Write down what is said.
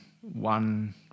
one